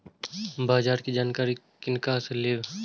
बाजार कै जानकारी किनका से लेवे?